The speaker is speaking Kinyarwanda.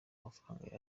amafaranga